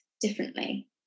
differently